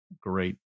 great